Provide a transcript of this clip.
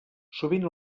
sovint